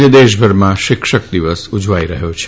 આજે દેશભરમાં શિક્ષક દિવસ ઉજવાઈ રહ્યો છે